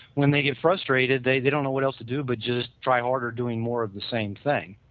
when they get frustrated they they don't know what else to do but just try harder doing more of the same thing